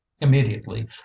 Immediately